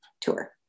tour